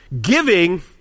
Giving